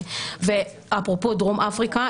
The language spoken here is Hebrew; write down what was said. אפרופו דרום אפריקה,